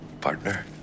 Partner